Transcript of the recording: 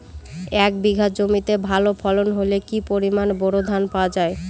এক বিঘা জমিতে ভালো ফলন হলে কি পরিমাণ বোরো ধান পাওয়া যায়?